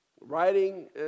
Writing